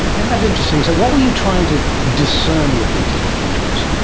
isn't that interesting. so what were you trying to discern with these little pigeons?